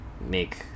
make